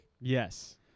Yes